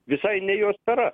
visai ne jo sfera